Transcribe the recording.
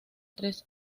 tres